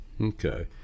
Okay